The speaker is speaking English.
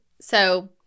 So-